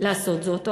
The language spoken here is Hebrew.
לעשות זאת,